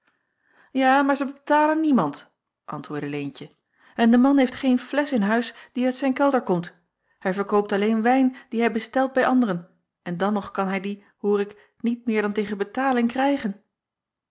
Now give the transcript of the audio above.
a maar zij betalen niemand antwoordde eentje en de man heeft geen flesch in huis die uit zijn kelder komt hij verkoopt alleen wijn dien hij bestelt bij anderen en dan nog kan hij dien hoor ik niet meer dan tegen betaling krijgen